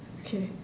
okay